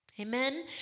Amen